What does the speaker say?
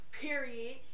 Period